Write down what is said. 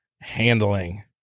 handling